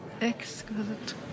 Exquisite